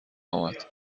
آمد